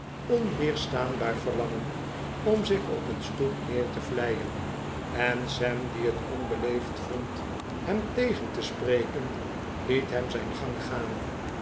omweerstaanbaar verlangen om zich op een stoep neer te vleien en sam die net onbeleefd vond hem tegen te spreken liet hem zijn gang gaan